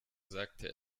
sagte